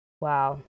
Wow